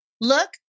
look